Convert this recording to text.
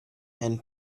and